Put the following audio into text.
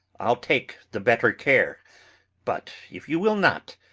i'll take the better care but if you will not,